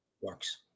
works